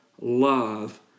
love